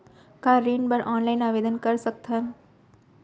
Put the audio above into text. का ऋण बर ऑनलाइन आवेदन कर सकथन?